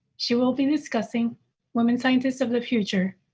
she will be discussing women scientists of the future,